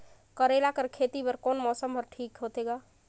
करेला कर खेती बर कोन मौसम हर ठीक होथे ग?